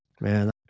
man